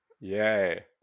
Yay